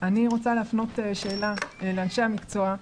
אני רוצה להפנות שאלה לאנשי המקצוע,